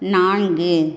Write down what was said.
நான்கு